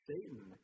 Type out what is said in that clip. Satan